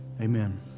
Amen